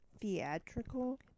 theatrical